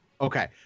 Okay